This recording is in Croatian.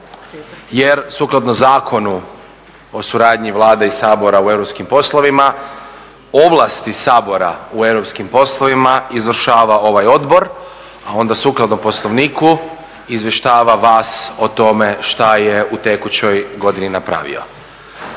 jer sukladno Zakonu o suradnji Vlade i Sabora u europskim poslovima ovlasti Sabora u europskim poslovima izvršava ovaj odbor, a onda sukladno Poslovniku izvještava vas o tome što je u tekućoj godini napravio.